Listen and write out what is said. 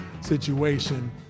situation